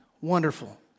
Wonderful